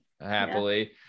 happily